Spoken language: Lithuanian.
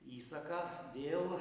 įsaką dėl